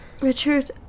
Richard